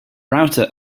router